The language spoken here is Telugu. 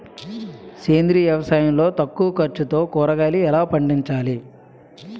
సేంద్రీయ వ్యవసాయం లో తక్కువ ఖర్చుతో కూరగాయలు ఎలా పండించాలి?